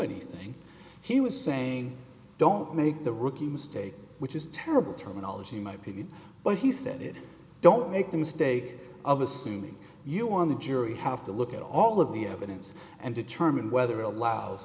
anything he was saying don't make the rookie mistake which is terrible terminology my opinion but he said it don't make the mistake of assuming you on the jury have to look at all of the evidence and determine whether allows